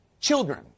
children